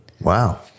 wow